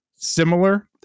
similar